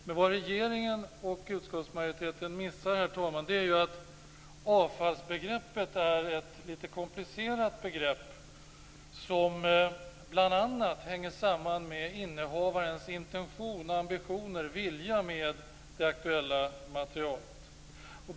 Men vad regeringen och utskottsmajoriteten missar, herr talman, är att avfallsbegreppet är ett litet komplicerat begrepp som bl.a. hänger samman med innehavarens intention, ambitioner, vilja med det aktuella materialet.